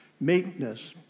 meekness